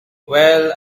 well